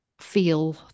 feel